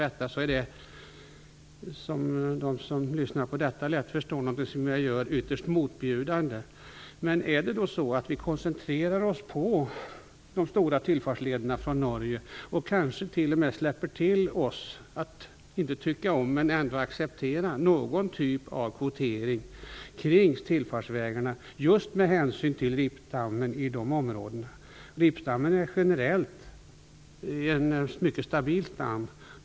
Men vi kanske ändå skulle kunna diskutera om vi kan koncentrera oss på de stora tillfartsvägarna från Norge och kanske t.o.m. tillåta oss att acceptera någon typ av kvotering kring tillfartsvägarna just med hänsyn till ripstammen i de områdena. Ripstammen är generellt en mycket stabil stam.